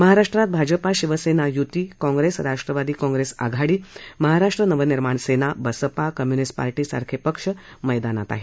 महाराष्ट्रात भाजपा शिवसेना युती काँग्रेस राष्ट्रवादी काँग्रेस आघाडी महाराष्ट्र नवनिर्माण सेना बसपा कम्युनिस्ट पार्टी सारखे पक्ष मैदानात आहेत